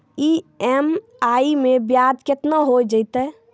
EMI मैं ब्याज केतना हो जयतै?